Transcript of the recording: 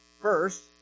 First